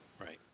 right